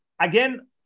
Again